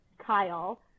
Kyle